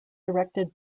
directed